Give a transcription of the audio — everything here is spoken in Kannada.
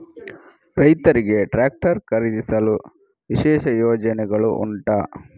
ರೈತರಿಗೆ ಟ್ರಾಕ್ಟರ್ ಖರೀದಿಸಲು ವಿಶೇಷ ಯೋಜನೆಗಳು ಉಂಟಾ?